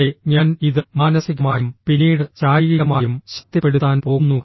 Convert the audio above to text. അതെ ഞാൻ ഇത് മാനസികമായും പിന്നീട് ശാരീരികമായും ശക്തിപ്പെടുത്താൻ പോകുന്നു